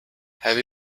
have